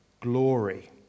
glory